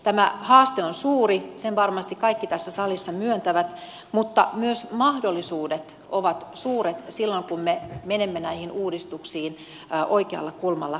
tämä haaste on suuri sen varmasti kaikki tässä salissa myöntävät mutta myös mahdollisuudet ovat suuret silloin kun me menemme näihin uudistuksiin oikealla kulmalla eteenpäin